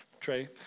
Trey